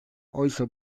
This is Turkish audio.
oysa